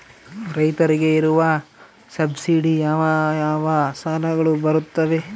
ರೈತರಿಗೆ ಇರುವ ಸಬ್ಸಿಡಿ ಯಾವ ಯಾವ ಸಾಲಗಳು ಬರುತ್ತವೆ?